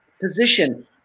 position